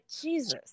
Jesus